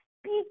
speak